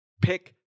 Pick